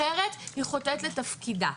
אחרת, היא חוטאת לתפקידה.